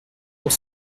pour